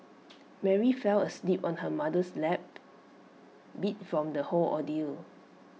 Mary fell asleep on her mother's lap beat from the whole ordeal